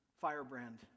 firebrand